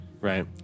Right